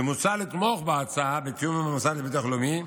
ומוצע לתמוך בהצעה בתיאום עם המוסד לביטוח לאומי.